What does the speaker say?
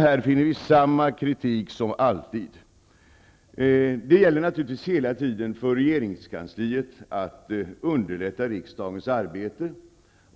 Här finner vi samma kritik som alltid. Det gäller naturligtvis för regeringskansliet att hela tiden underlätta riksdagens arbete.